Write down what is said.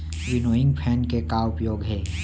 Winnowing fan के का उपयोग हे?